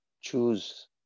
choose